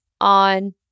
on